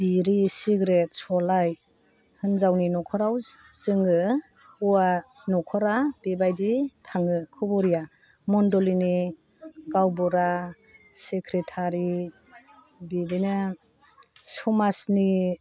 बिरि सिग्रेट सलाय हिन्जावनि नखराव जोङो हौवा नखरा बेबादि थाङो खब'रिया मण्डलिनि गावबुरा सिक्रेटारि बिदिनो समाजनि